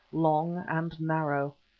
long and narrow.